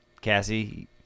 Cassie